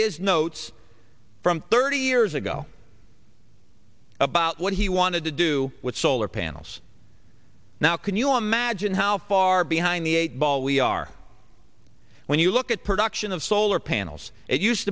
his notes from thirty years ago about what he wanted to do with solar panels now can you imagine how far behind the eightball we are when you look at production of solar panels it used